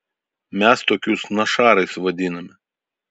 mes tokius našarais vadiname